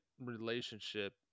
relationship